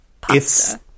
pasta